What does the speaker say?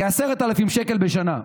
כ-10,000 שקל בשנה,